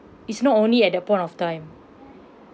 it's not only at that point of time